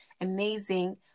amazing